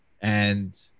and-